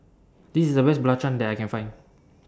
This IS The Best Belacan that I Can Find